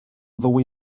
ddwy